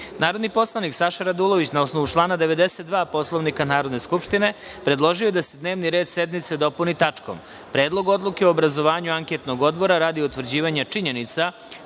predlog. Narodni poslanik Saša Radulović, na osnovu člana 92. Poslovnika Narodne skupštine, predložio je da se dnevni red sednici dopuni tačkom – Predlog odluke o obrazovanju anketnog odbora radi utvrđivanja činjenica